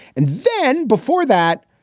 and then before that,